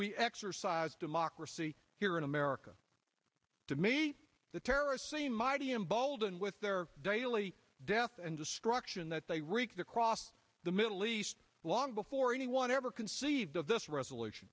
we exercise democracy here in america to me the terrorists seem mighty emboldened with their daily death and destruction that they wreak the cross the middle east long before anyone ever conceived of this resolution